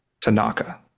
Tanaka